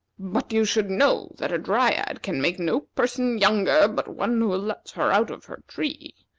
but you should know that a dryad can make no person younger but one who lets her out of her tree.